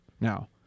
Now